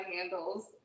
handles